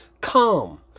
calm